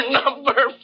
number